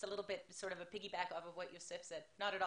וכל המאמצים שלך להגן על ישראל בעולם